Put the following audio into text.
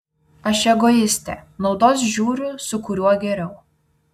aš egoistė naudos žiūriu su kuriuo geriau